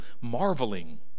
marveling